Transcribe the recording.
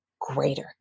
greater